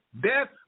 death